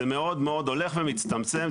זה מאוד הולך ומצטמצם.